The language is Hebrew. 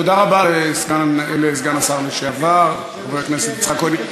תודה רבה לסגן השר לשעבר חבר הכנסת יצחק כהן.